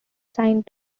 signed